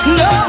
no